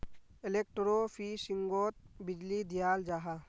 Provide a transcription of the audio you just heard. एलेक्ट्रोफिशिंगोत बीजली दियाल जाहा